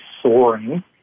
soaring